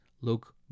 look